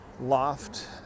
loft